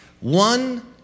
One